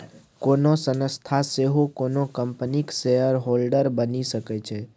कोनो संस्था सेहो कोनो कंपनीक शेयरहोल्डर बनि सकै छै